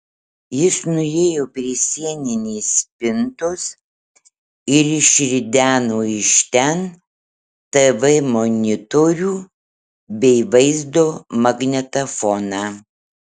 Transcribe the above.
jis nuėjo prie sieninės spintos ir išrideno iš ten tv monitorių bei vaizdo magnetofoną